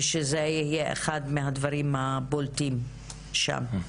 ושזה יהיה אחד מהדברים הבולטים שם.